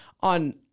on